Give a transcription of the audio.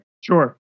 Sure